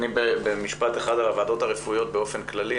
במשפט אחד על הוועדות הרפואיות באופן כללי,